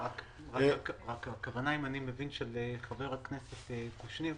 הכוונה של חבר הכנסת קושניר,